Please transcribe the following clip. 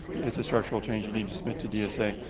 it's a structural change, you need to submit to dsa.